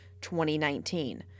2019